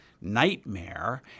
nightmare